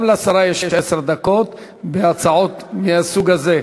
גם לשרה יש עשר דקות בהצעות מהסוג הזה.